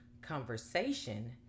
conversation